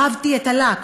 אהבתי את הלק,